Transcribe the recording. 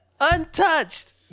Untouched